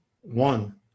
one